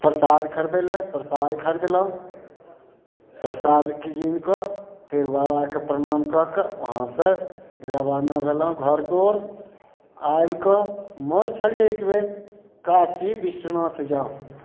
प्रसाद खरीदै लै प्रसाद खरीदलहुॅं प्रसाद कीन कऽ फेर बाबाके प्रणाम कऽ कऽ उहाँसँ रबाना भेलहुॅं घरके ओर आबि कऽ मोन छल जे एकबेर काशी बिश्वनाथ जाउ